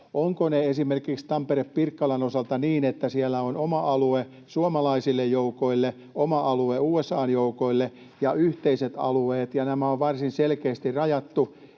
onko esimerkiksi Tampere—Pirkkalan osalta niin, että siellä on oma alue suomalaisille joukoille, oma alue USA:n joukoille ja yhteiset alueet siten, että nämä on varsin selkeästi rajattu,